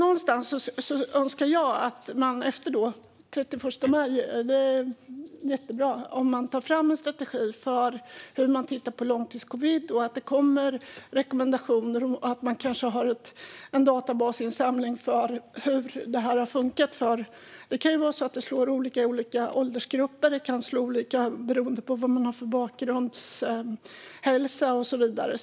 Jag önskar att man efter den 31 maj tar fram en strategi för hur man tittar på långtidscovid och att det kommer rekommendationer. Man kan ha en databasinsamling av hur detta har funkat. Det kan ju slå olika i olika åldersgrupper och beroende på vad man har för bakgrundshälsa och så vidare.